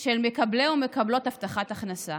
של מקבלי ומקבלות הבטחת הכנסה.